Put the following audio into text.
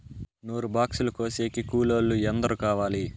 నూరు బాక్సులు కోసేకి కూలోల్లు ఎందరు కావాలి?